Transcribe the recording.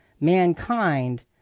mankind